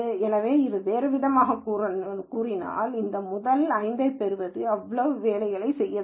எனவே வேறுவிதமாகக் கூறினால் இந்த முதல் 5 ஐப் பெற இவ்வளவு வேலைகளைச் செய்ய வேண்டும்